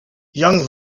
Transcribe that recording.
young